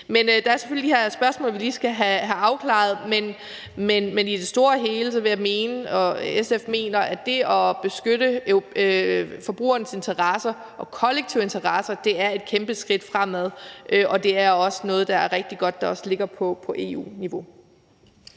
Der er selvfølgelig de her spørgsmål, vi lige skal have afklaret, men i det store hele mener jeg og SF, at det at beskytte forbrugerens interesser og kollektive interesser er et kæmpe skridt fremad, og det er også noget, som det er rigtig godt ligger på EU-niveau.